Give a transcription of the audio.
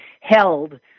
held